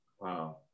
Wow